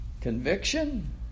conviction